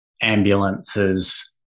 ambulances